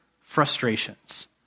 frustrations